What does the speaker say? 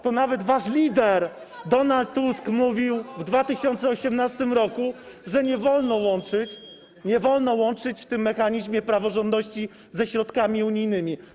To nawet wasz lider Donald Tusk mówił w 2018 r., że nie wolno łączyć (Gwar na sali, dzwonek) w tym mechanizmie praworządności ze środkami unijnymi.